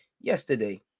Yesterday